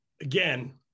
again –